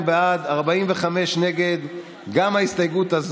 חבר הכנסת גפני וגם קרעי,